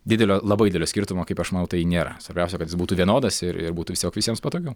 didelio labai didelio skirtumo kaip aš manau tai nėra svarbiausia kad jis būtų vienodas ir ir būtų tiesiog visiems patogiau